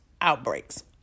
outbreaks